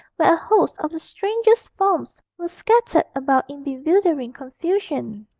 where a host of the strangest forms were scattered about in bewildering confusion.